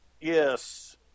Yes